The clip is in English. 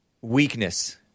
weakness